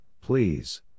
please